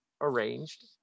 arranged